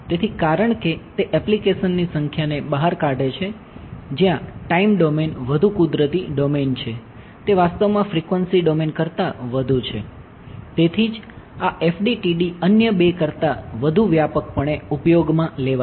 તેથી જ આ FDTD અન્ય બે કરતા વધુ વ્યાપકપણે ઉપયોગમાં લેવાય છે